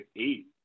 eight